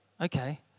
okay